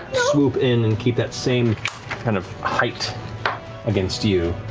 swoop in and keep that same kind of height against you.